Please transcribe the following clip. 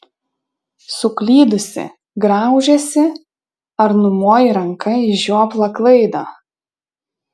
suklydusi graužiesi ar numoji ranka į žioplą klaidą